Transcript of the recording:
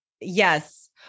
Yes